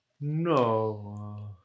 No